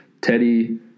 Teddy